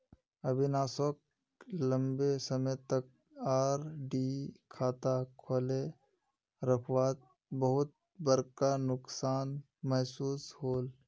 अविनाश सोक लंबे समय तक आर.डी खाता खोले रखवात बहुत बड़का नुकसान महसूस होल